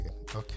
Okay